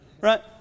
Right